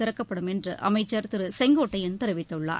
திறக்கப்படும் என்றுஅமைச்சர் திருசெங்கோட்டையன் தெரிவித்துள்ளார்